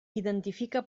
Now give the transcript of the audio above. identifica